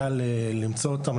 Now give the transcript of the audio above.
קל למצוא אותם.